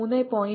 8 ന് തുല്യമാണ്